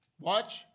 Watch